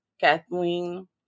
Kathleen